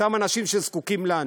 אותם אנשים שזקוקים לנו.